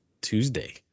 Tuesday